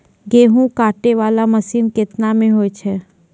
गेहूँ काटै वाला मसीन केतना मे होय छै?